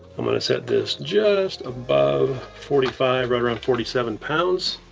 i'm gonna set this just above forty five, right around forty seven pounds.